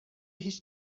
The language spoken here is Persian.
هیچ